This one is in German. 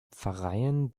pfarreien